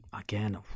again